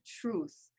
truth